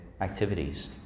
activities